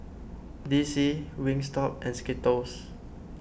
D C Wingstop and Skittles